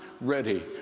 ready